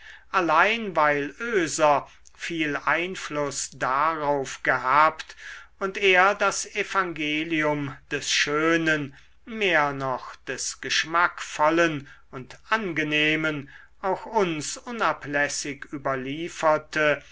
allein weil oeser viel einfluß darauf gehabt und er das evangelium des schönen mehr noch des geschmackvollen und angenehmen auch uns unablässig überlieferte